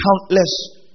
countless